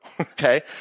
okay